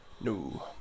No